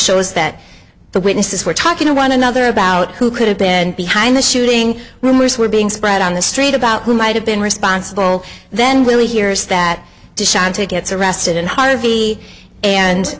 shows that the witnesses were talking to one another about who could have been behind the shooting rumors were being spread on the street about who might have been responsible then when he hears that shante gets arrested in harvey and